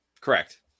Correct